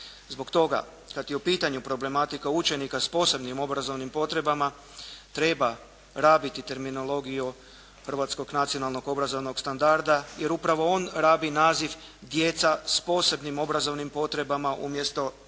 Zbog toga, kad je u pitanju problematika učenika s posebnim obrazovnim potrebama treba rabiti terminologiju hrvatskog nacionalnog obrazovnog standarda jer upravo on rabi naziv djeca s posebnim obrazovnim potrebama umjesto djeca